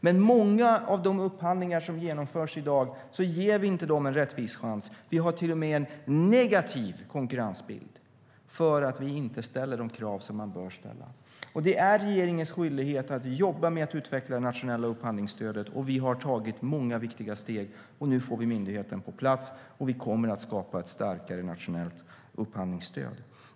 Men vid många av de upphandlingar som genomförs i dag ger vi dem inte en rättvis chans. Vi har till och med en negativ konkurrensbild för att vi inte ställer de krav som man bör ställa. Det är regeringens skyldighet att jobba med att utveckla det nationella upphandlingsstödet. Vi har tagit många viktiga steg. Nu får vi myndigheten på plats. Vi kommer att skapa ett starkare nationellt upphandlingsstöd.